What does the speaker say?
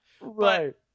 Right